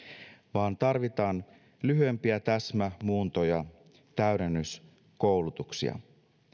vaan tarvitaan lyhyempiä täsmämuuntoja täydennyskoulutuksia